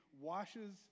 washes